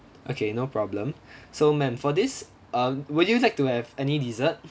okay no problem so ma'am for this uh would you like to have any dessert